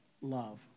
love